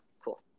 Cool